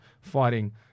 fighting